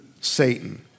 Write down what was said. Satan